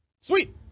Sweet